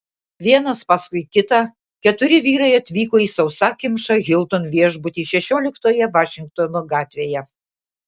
vienas paskui kitą keturi vyrai atvyko į sausakimšą hilton viešbutį šešioliktoje vašingtono gatvėje